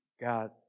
God